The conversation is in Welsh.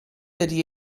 ydy